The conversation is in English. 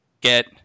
get